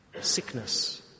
sickness